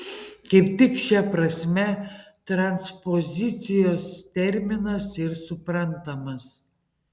kaip tik šia prasme transpozicijos terminas ir suprantamas